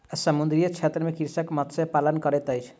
समुद्रीय क्षेत्र में कृषक मत्स्य पालन करैत अछि